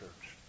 church